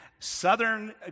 Southern